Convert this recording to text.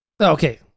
Okay